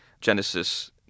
Genesis